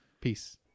Peace